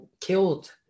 killed